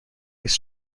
white